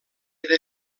era